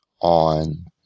on